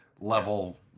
level